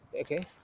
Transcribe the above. okay